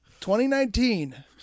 2019